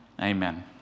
Amen